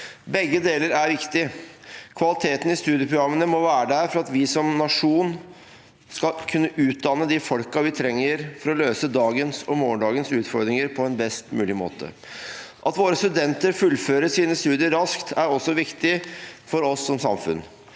Begge deler er viktig. Kvaliteten i studieprogrammene må være der for at vi som nasjon skal kunne utdanne de folkene vi trenger for å løse dagens og morgendagens utfordringer på best mulig måte. At våre studenter fullfører sine studier raskt, er også viktig for oss som samfunn.